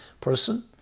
person